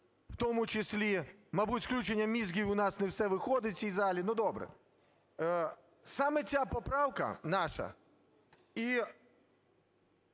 в тому числі. Мабуть, з включенням мізків у нас не все виходить в цій залі. Ну добре. Саме ця поправка наша і